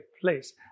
place